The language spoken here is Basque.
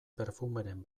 perfumeren